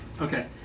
Okay